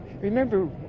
Remember